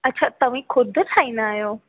अच्छा तव्हीं खुदि ठाहींदा आहियो